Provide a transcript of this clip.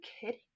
kidding